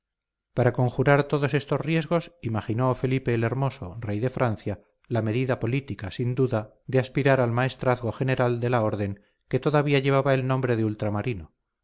para conjurar todos estos riesgos imaginó felipe el hermoso rey de francia la medida política sin duda de aspirar al maestrazgo general de la orden que todavía llevaba el nombre de ultramarino